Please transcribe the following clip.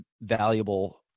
valuable